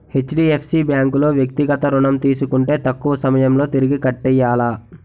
HDFC bank లో వ్యక్తిగత ఋణం తీసుకుంటే తక్కువ సమయంలో తిరిగి కట్టియ్యాల